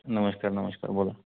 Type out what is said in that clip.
नमस्कार नमस्कार बोला